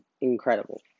incredible